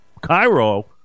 Cairo